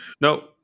No